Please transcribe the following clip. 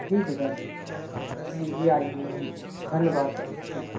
ठीक है सर जी जी आइअ जी धन्यवाद सर जी